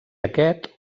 aquest